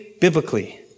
biblically